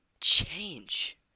change